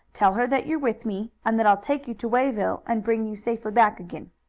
tell her that you're with me, and that i'll take you to wayville, and bring you safely back again.